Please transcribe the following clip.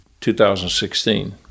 2016